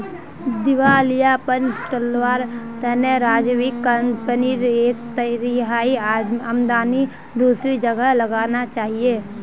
दिवालियापन टलवार तने राजीवक कंपनीर एक तिहाई आमदनी दूसरी जगह लगाना चाहिए